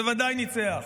בוודאי ניצח.